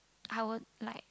I would like